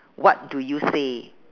what do you say